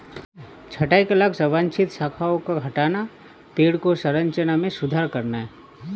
छंटाई का लक्ष्य अवांछित शाखाओं को हटाना, पेड़ की संरचना में सुधार करना है